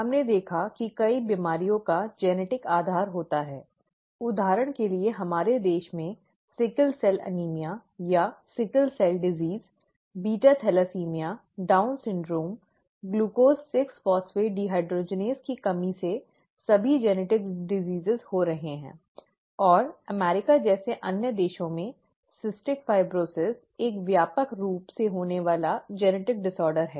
हमने देखा कि कई बीमारियों का आनुवंशिक आधार होता है उदाहरण के लिए हमारे देश में सिकल सेल एनीमिया या सिकल सेल रोग beta thalassaemia Down syndrome glucose 6 phosphate dehydrogenase की कमी से सभी आनुवंशिक रोग हो रहे हैं और अमेरिका जैसे अन्य देशों में सिस्टिक फाइब्रोसिस एक व्यापक रूप से होने वाली आनुवंशिक विकार है